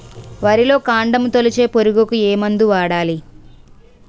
వరిలో కాండము తొలిచే పురుగుకు ఏ మందు వాడాలి?